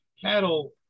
cattle